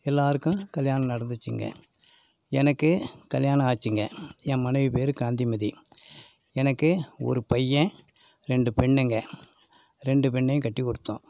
எல்லோருக்கும் கல்யாணம் நடந்துச்சுங்க எனக்கு கல்யாணம் ஆச்சுங்க என் மனைவி பேர் காந்திமதி எனக்கு ஒரு பையன் ரெண்டு பெண்ங்க ரெண்டு பெண்ணையும் கட்டிக் கொடுத்தோம்